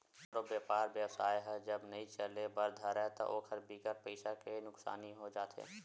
कखरो बेपार बेवसाय ह जब नइ चले बर धरय ता ओखर बिकट पइसा के नुकसानी हो जाथे